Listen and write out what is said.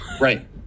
Right